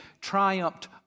triumphed